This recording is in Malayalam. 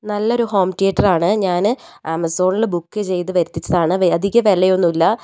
നല്ലൊരു ഹോം തിയേറ്റർ ആണ് ഞാൻ ആമസോണിലെ ബുക്ക് ചെയ്തു വരുത്തിച്ചതാണ് അധികം വിലയൊന്നുമില്ല